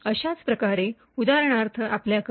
अशाच प्रकारे उदाहरणार्थ आपल्याकडे